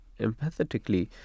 empathetically